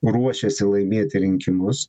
ruošėsi laimėti rinkimus